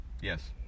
Yes